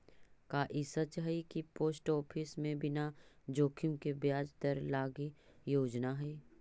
का ई सच हई कि पोस्ट ऑफिस में बिना जोखिम के ब्याज दर लागी योजना हई?